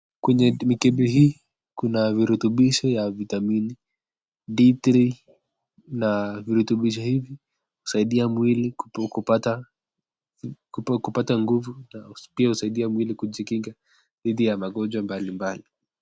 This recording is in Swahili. Kwenye mikebe hii, kuna virutubisho ya vitamini D3 na virutubisho hivi husaidia mwili kupata nguvu na pia husaidia mwili kujikinga dhidi ya magonjwa mbalimbali.